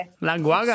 language